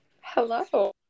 Hello